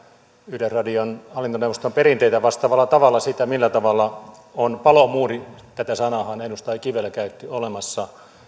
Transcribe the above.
yleisradion hallintoneuvoston perinteitä vastaavalla tavalla sitä millä tavalla on palomuuri tätä sanaahan edustaja kivelä käytti olemassa